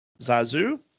Zazu